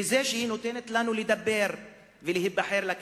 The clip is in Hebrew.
בזה שהיא נותנת לנו לדבר ולהיבחר לכנסת.